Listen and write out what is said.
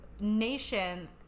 nation